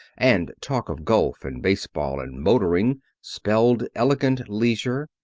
and talk of golf and baseball and motoring spelled elegant leisure,